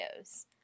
videos